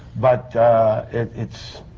but it. it's.